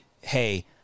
hey